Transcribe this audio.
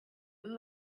and